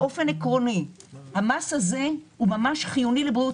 באופן עקרוני המס הזה הוא ממש חיוני לבריאות